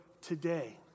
today